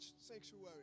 sanctuary